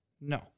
No